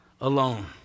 alone